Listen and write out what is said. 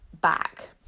back